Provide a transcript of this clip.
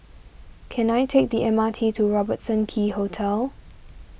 can I take the M R T to Robertson Quay Hotel